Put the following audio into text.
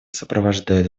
сопровождают